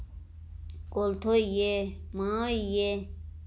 कुल्थ होइये माह्ं होइये